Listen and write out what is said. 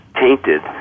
tainted